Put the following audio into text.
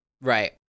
Right